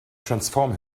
transform